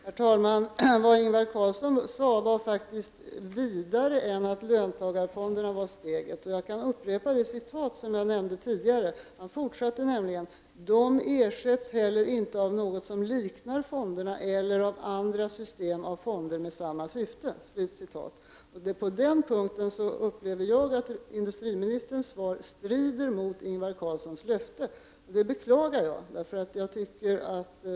Herr talman! Vad Ingvar Carlsson sade gick faktiskt längre än till att löntagarfonderna var steget. Jag kan upprepa ur det citat som jag tidigare anförde: ”De ersätts heller inte av något som liknar fonderna eller av andra system av fonder med samma syfte.” På den punkten upplever jag att industriministerns svar strider mot Ingvar Carlssons löfte. Jag beklagar att så är fallet.